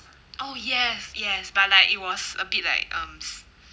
oh yes yes but like it was a bit like um